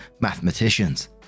mathematicians